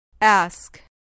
Ask